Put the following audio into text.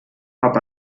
hab